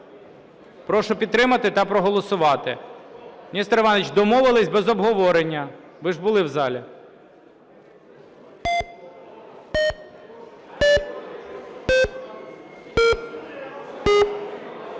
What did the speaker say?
Прошу підтримати та проголосувати. Несторе Івановичу, домовилися без обговорення, ви ж були в залі.